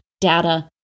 data